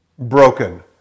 broken